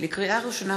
לקריאה ראשונה,